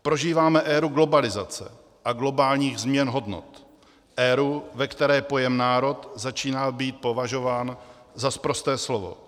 Prožíváme éru globalizace a globálních změn hodnot, éru, ve které pojem národ začíná být považován za sprosté slovo.